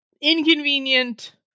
inconvenient